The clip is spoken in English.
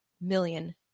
million